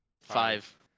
Five